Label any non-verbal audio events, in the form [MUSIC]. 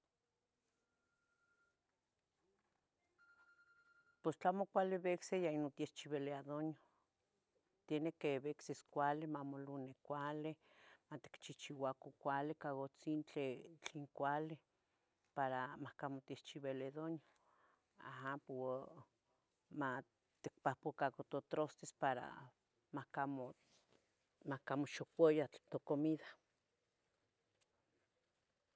[NOISE] Pos tlamo cuali bicsi yeh non techchibilia duaño, tiene que bicsis cuali, mamoloni cuali, maticchichibaca cuali ca gutzintli tlen cuali para mahcamo techchibili duaño, aha maticpuapuacaca totrastes para mahcao xocuya tle tocomida.